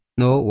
no